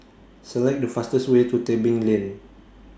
Select The fastest Way to Tebing Lane